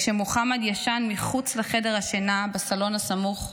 כשמוחמד ישן מחוץ לחדר השינה בסלון הסמוך,